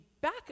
back